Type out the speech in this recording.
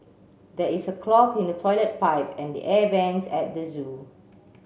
there is a clog in the toilet pipe and the air vents at the zoo